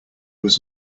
was